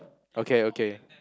okay okay